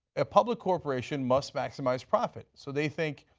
a public corporation must maximize profit, so they think,